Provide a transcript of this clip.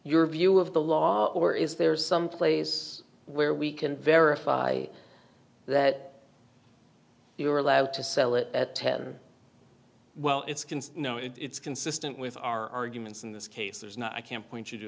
your view of the law or is there some place where we can verify that you were allowed to sell it at ten well it's you know it's consistent with our arguments in this case there's no i can't point you